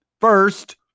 First